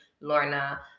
lorna